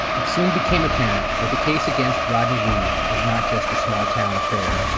it soon became apparent that the case against rodney reed was not just a small town affair.